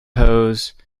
hose